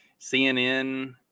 CNN